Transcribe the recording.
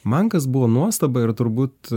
man kas buvo nuostaba ir turbūt